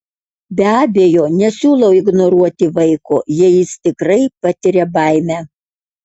be abejo nesiūlau ignoruoti vaiko jei jis tikrai patiria baimę